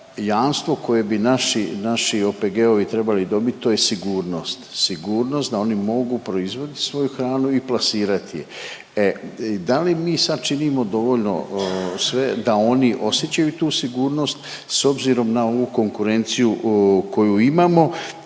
Jamstvo koje bi naši, naši OPG-ovi trebali dobit to je sigurnost, sigurnost da oni mogu proizvest svoju hranu i plasirat je. E da li mi sad činimo dovoljno sve da oni osjećaju tu sigurnost s obzirom na ovu konkurenciju koju imamo